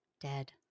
Dead